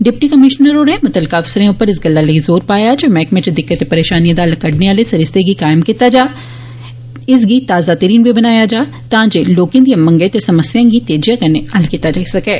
deputy commissioner होरें मुत्तलका अफसरें उप्पर इस गल्ला लेई जोर पाया जे मैहकमे च दिक्कतें परेषानिएं दा हल्ल कड्डने आले सरिस्ते गी कायम कीता जा इस गी ताजा तरीन बी बनाया जा तां जे लोकें दिएं मंगें ते समस्याएं गी तेजिया कन्नै हल्ल कीता जाई सकै